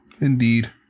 Indeed